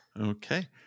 okay